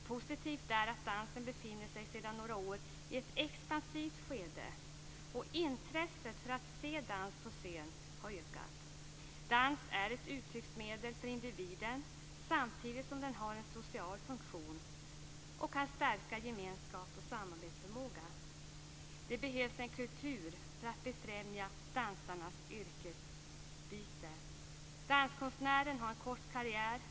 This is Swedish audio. Positivt är att dansen sedan några år befinner sig i ett expansivt skede, och intresset för att se dans på scen har ökat. Dans är ett uttrycksmedel för individen, samtidigt som dansen har en social funktion och kan stärka gemenskap och samarbetsförmåga. Det behövs en kultur för att främja dansarnas yrkesbyte. Danskonstnären har en kort karriär.